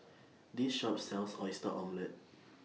This Shop sells Oyster Omelette